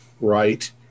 right